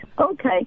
Okay